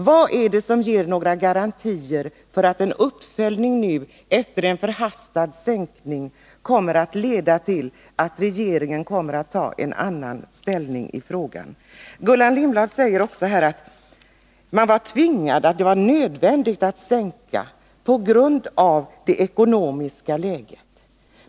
Vad är det som ger några garantier för att en uppföljning nu, efter en förhastad sänkning, kommer att leda till att regeringen intar en annan ståndpunkt i frågan? Gullan Lindblad säger också att det var nödvändigt att sänka kompensationsnivån på grund av det ekonomiska läget.